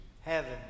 heaven